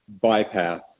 bypass